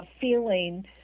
feeling